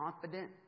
confident